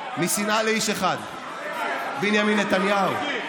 על מחיאות כפיים, משנאה לאיש אחד, בנימין נתניהו.